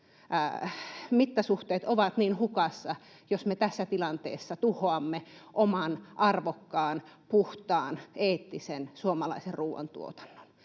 mittasuhteet ovat hukassa, jos me tässä tilanteessa tuhoamme oman arvokkaan, puhtaan, eettisen suomalaisen ruoantuotannon.